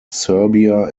serbia